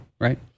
right